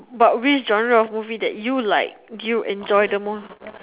but which genre of movie that you like you enjoy the most